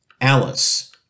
Alice